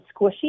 squishy